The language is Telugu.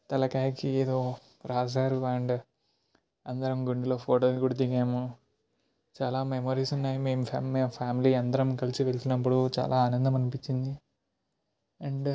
తలకాయికేదో రాశారు అండ్ అందరం గుండ్లో ఫోటోలు కూడా దిగాము చాలా మెమరీస్ ఉన్నాయి మేము ఫ్యామిలీ అందరం కలిసి వెళ్తునప్పుడు చాలా ఆనందం అనిపించింది అండ్